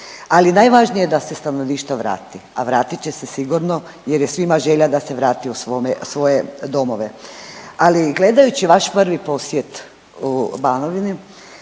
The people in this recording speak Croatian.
Ali najvažnije da se stanovništvo vrati, a vratit će se sigurno jer je svima želja da se vrati u svoje domove. Ali gledajući vaš prvi posjet Banovini